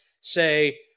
say